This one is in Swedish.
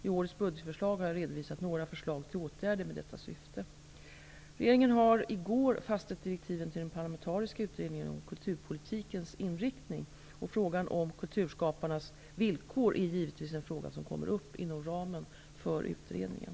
I årets budgetförslag har jag redovisat några förslag till åtgärder med detta syfte. Regeringen fastställde igår direktiven till den parlamentariska utredningen om kulturpolitikens inriktning. Frågan om kulturskaparnas villkor är givetvis en fråga som kommer upp inom ramen för utredningen.